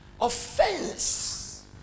Offense